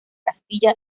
castilla